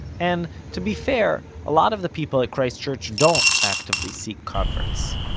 and to be fair a lot of the people at christ church don't actively seek converts.